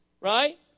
Right